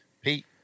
Pete